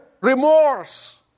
remorse